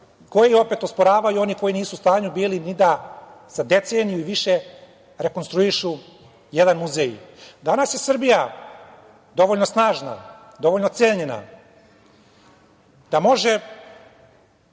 koji opet osporavaju oni koji nisu bili u stanju ni da za deceniju i više rekonstruišu jedan muzej. Danas je Srbija dovoljna snažna, dovoljno cenjena da može